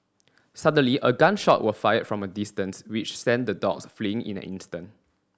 suddenly a gun shot were fired from a distance which sent the dogs fleeing in an instant